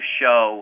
show